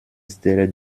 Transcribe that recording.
stelle